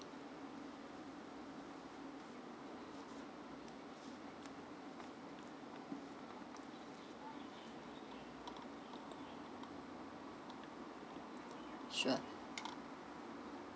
sure